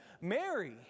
Mary